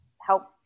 help